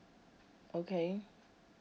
okay